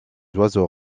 oiseaux